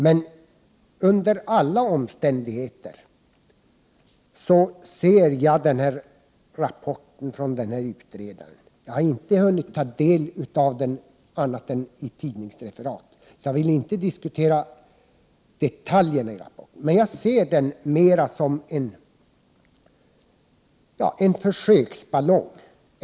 Men under alla omständigheter ser jag rapporten från denna utredare — jag har inte hunnit ta del av den annat än i tidningsreferat, så jag vill inte diskutera detaljer i rapporten — mera som en försöksballong.